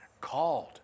called